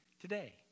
today